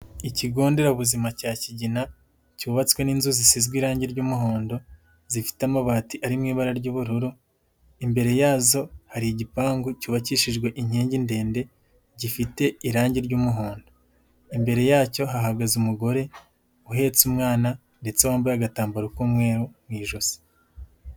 Ikigo nderabuzima cya Kigina, cyubatswe n'inzuzi zisizwe irangi ry'umuhondo zifite amabati ari mu ibara ry'ubururu, imbere yazo hari igipangu cyubakishijwe inkingi ndende gifite irangi ry'umuhondo, imbere yacyo hahagaze umugore uhetse umwana ndetse wambaye agatambaro k'umweru mu ijosi.